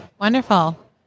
Wonderful